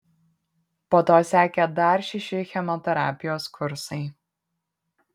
po to sekė dar šeši chemoterapijos kursai